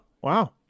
Wow